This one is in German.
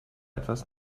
etwas